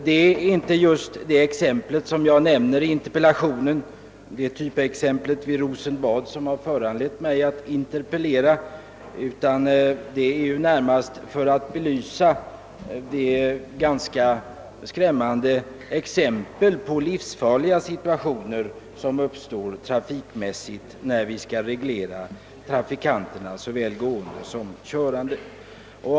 Övergångsstället vid Rosenbad, som jag nämnt i min interpellation, är egentligen inte det som föranlett mig att interpellera i ärendet, utan jag tog det som ett skrämmande exempel på vilka livsfarliga situationer som uppstår trafikmässigt, när man försöker reglera gående och körande trafikanter.